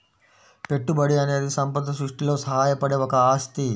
పెట్టుబడి అనేది సంపద సృష్టిలో సహాయపడే ఒక ఆస్తి